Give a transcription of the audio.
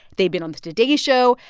they've been on the today show.